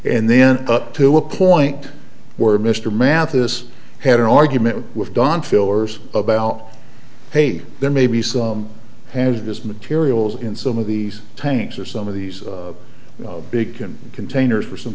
and then up to a point where mr mathis had an argument with don fillers about hey there may be some hazardous materials in some of these tanks or some of these big can containers for some